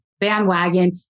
bandwagon